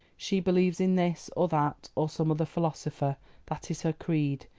she believes in this, or that, or some other philosopher that is her creed.